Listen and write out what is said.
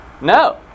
no